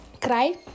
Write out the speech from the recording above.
Cry